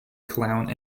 clown